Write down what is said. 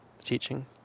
teaching